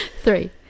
three